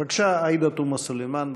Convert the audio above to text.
בבקשה, עאידה תומא סלימאן.